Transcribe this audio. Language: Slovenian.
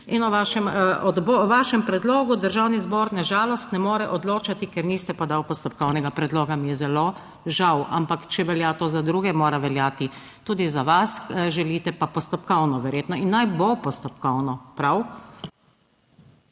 O vašem predlogu državni zbor na žalost ne more odločati, ker niste podali postopkovnega predloga. Mi je zelo žal, ampak če velja to za druge, mora veljati tudi za vas. Želite pa postopkovno, verjetno. In naj bo postopkovno. Prav?